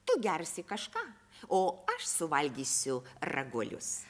tu gersi kažką o aš suvalgysiu raguolius